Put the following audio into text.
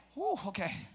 Okay